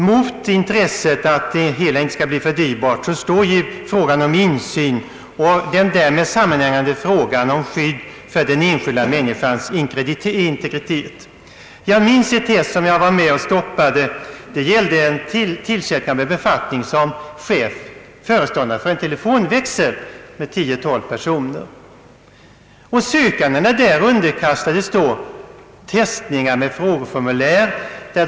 Mot intresset att det inte skall bli för dyrbart står frågan om insyn och den därmed sammanhängande frågan om skydd för den enskilda människans integritet. Jag minns ett test som jag var med om att stoppa. Det gällde tillsättande av en befattning som föreståndare för en telefonväxel med en personal på tio å tolv personer. Sökandena underkastades testningar med frågeformulär.